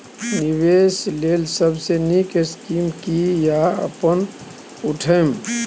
निवेश लेल सबसे नींक स्कीम की या अपन उठैम?